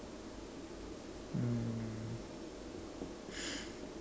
mm